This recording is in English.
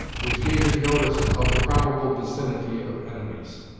which gave him notice of the probable vicinity of enemies.